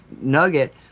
nugget